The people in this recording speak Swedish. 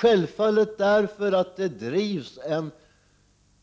Självfallet beror det på att det bedrivs en